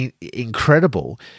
incredible